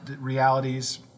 realities